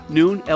noon